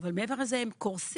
אבל מעבר לזה הם קורסים,